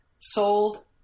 sold